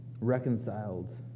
reconciled